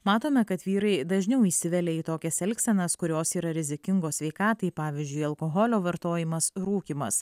matome kad vyrai dažniau įsivelia į tokias elgsenas kurios yra rizikingos sveikatai pavyzdžiui alkoholio vartojimas rūkymas